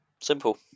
Simple